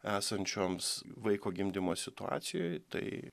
esančioms vaiko gimdymo situacijoj tai